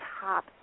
top